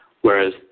whereas